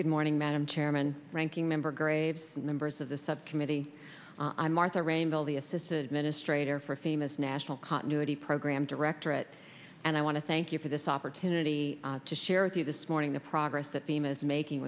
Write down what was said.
good morning madam chairman ranking member graves members of the subcommittee i'm martha rainville the assists administrator for a famous national continuity program directorate and i want to thank you for this opportunity to share with you this morning the progress that beam is making